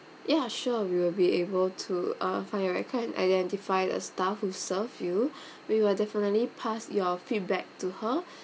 ya sure we will be able to uh find and I can identify the staff who served you we will definitely pass your feedback to her